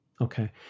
Okay